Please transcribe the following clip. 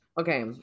okay